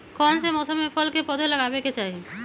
कौन मौसम में फल के पौधा लगाबे के चाहि?